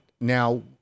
Now